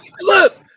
Look